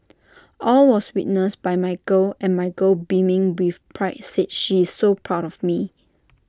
all was witnessed by my girl and my girl beaming with pride said she is so proud of me